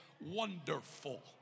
Wonderful